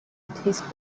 his